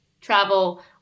travel